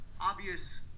obvious